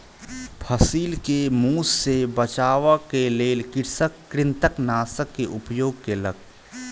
फसिल के मूस सॅ बचाबअ के लेल कृषक कृंतकनाशक के उपयोग केलक